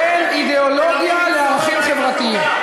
בין אידיאולוגיה לערכים חברתיים.